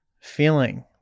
feeling